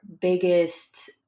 biggest